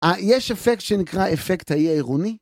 יש אפקט שנקרא אפקט האי העירוני?